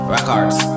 Records